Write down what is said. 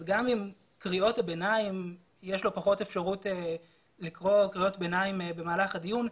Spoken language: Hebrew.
גם אם יש לו פחות אפשרות לקרוא קריאות ביניים במהלך הדיון,